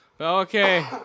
Okay